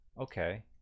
okay